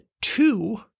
two